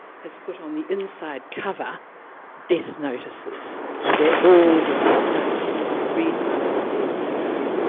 has put on the inside cover death notices and they are all the death notices, and you read one it says. you know